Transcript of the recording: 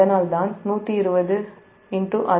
அதனால் தான் 120604180